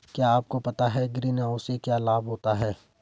क्या आपको पता है ग्रीनहाउस से क्या लाभ होता है?